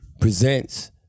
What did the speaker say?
Presents